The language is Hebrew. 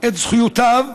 את זכויותיו,